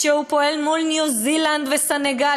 שהוא פועל מול ניו-זילנד וסנגל,